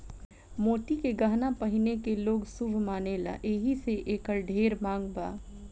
मोती के गहना पहिने के लोग शुभ मानेला एही से एकर ढेर मांग बा